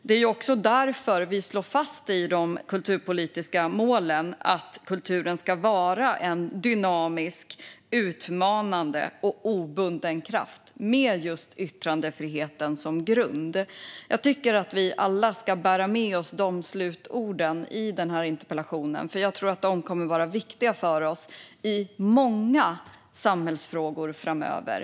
Det är också därför vi slår fast i de kulturpolitiska målen att kulturen ska vara en dynamisk, utmanande och obunden kraft med yttrandefriheten som grund. Jag tycker att vi alla ska bära med oss de slutorden i den här interpellationsdebatten, för jag tror att de kommer att vara viktiga för oss i många samhällsfrågor framöver.